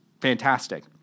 fantastic